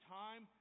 time